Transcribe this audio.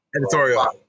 Editorial